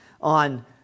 on